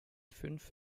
fünf